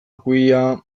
kuia